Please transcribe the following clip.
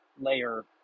layer